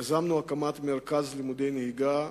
יזמנו הקמת מרכז לימודי נהיגה,